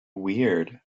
weird